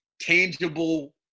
tangible